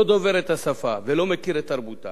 לא דובר את השפה ולא מכיר את תרבותה,